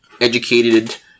educated